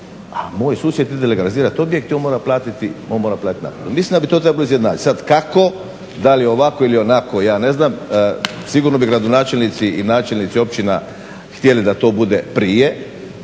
a moj susjed ide legalizirati objekt i on mora platiti naknadno. Mislim da bi to trebalo izjednačiti, sad kako da li ovako ili onako ja ne znam. Sigurno bi gradonačelnici i načelnici općina htjeli da to bude prije